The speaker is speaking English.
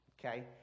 okay